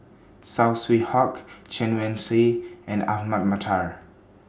Saw Swee Hock Chen Wen Hsi and Ahmad Mattar